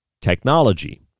technology